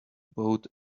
boat